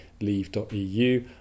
Leave.eu